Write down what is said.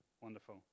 Wonderful